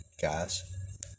guys